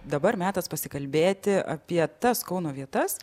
dabar metas pasikalbėti apie tas kauno vietas